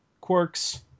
quirks